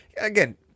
again